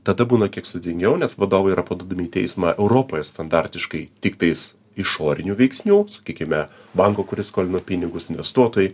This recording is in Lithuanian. tada būna kiek sudėtingiau nes vadovai yra paduodami į teismą europoje standartiškai tiktais išorinių veiksnių sakykime banko kuris skolino pinigus investuotojai